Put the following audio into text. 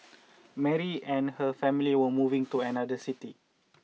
Mary and her family were moving to another city